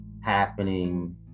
happening